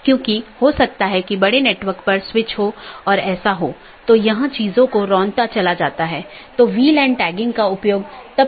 यहां R4 एक स्रोत है और गंतव्य नेटवर्क N1 है इसके आलावा AS3 AS2 और AS1 है और फिर अगला राउटर 3 है